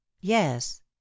yes